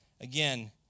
Again